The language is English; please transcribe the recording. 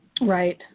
Right